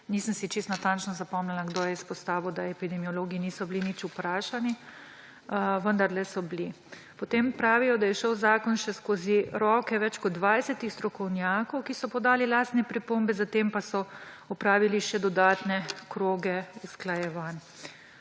nisem si čisto natančno zapomnila, kdo je izpostavil, da epidemiologi niso bili nič vprašani, vendarle so bili. Potem pravijo, da je šel zakon še skozi roke več kot dvajsetih strokovnjakov, ki so podali lastne pripombe, zatem pa so opravili še dodatne kroge usklajevanj.